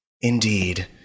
indeed